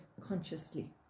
consciously